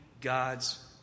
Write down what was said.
God's